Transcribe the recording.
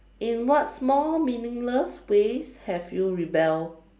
in what small meaningless ways have you rebelled